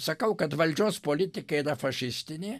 sakau kad valdžios politika yra fašistinė